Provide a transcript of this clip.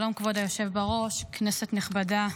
שלום, כבוד היושב בראש, כנסת נכבדה.